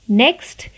next